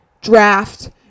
draft